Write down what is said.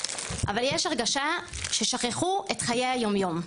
אבל יש הרגשה ששכחו את חיי היומיום,